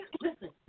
Listen